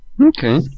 okay